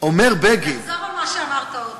אומר בגין, תחזור על מה שאמרת עוד פעם.